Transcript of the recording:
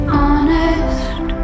honest